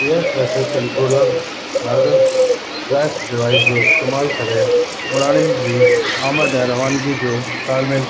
air traffic controller कारगर flaps device जो इस्तेमालु करे उड़ाननि जी आमदु ऐं रवानगीअ जो तालमेलु कयो